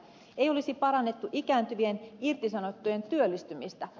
ei olisi parannettu ikääntyvien irtisanottujen työllistymistä